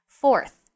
Fourth